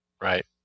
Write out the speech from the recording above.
Right